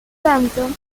tanto